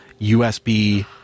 USB